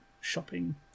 shopping